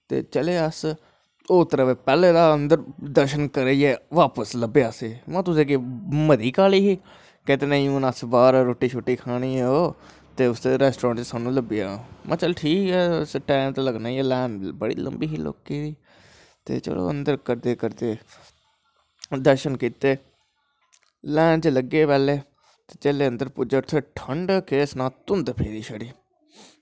ते चले अस ओह् त्रैवै पैह्लें दर्शन करियै बापस लब्भे असेंगी महां तुसें अग्गैं महा काह्ली ही ते नेंई असैं बाह्र रुट्टी शुट्टी खानीं ऐ हून ते उत्थें रैस्टोरैंट च सामनै लब्भी जानां महां चल ठीक ऐ टैम ते लग्गनां ऐ लैन बड़ी लंबी ही लोकें दी ते चलो अन्दर करदे करदे दर्शन कीता लैन च लग्गे पैह्लें जिसलै अन्दर पुज्जे ठंड केह् सनां धुंध पेदी छड़ी